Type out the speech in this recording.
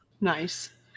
Nice